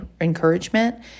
encouragement